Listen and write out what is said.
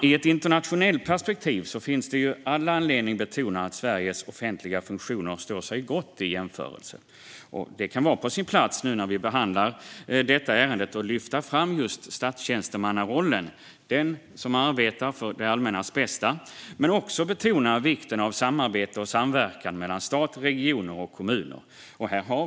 I ett internationellt perspektiv finns det all anledning att betona att Sveriges offentliga funktioner står sig gott i jämförelse. När vi nu behandlar detta ärende kan det vara på sin plats att lyfta fram rollen som statstjänsteman - den som arbetar för det allmännas bästa - men också betona vikten av samarbete och samverkan mellan stat, region och kommuner.